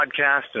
podcast